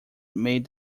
made